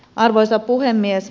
arvoisa puhemies